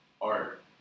art